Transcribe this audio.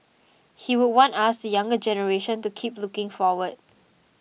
he would want us the younger generation to keep looking forward